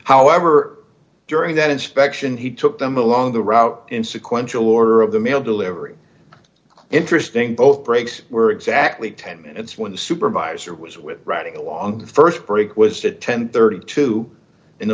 however during that inspection he took them along the route in sequential order of the mail delivery interesting both brakes were exactly ten minutes when the supervisor was with riding along the st break was d at ten thirty two in the